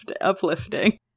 uplifting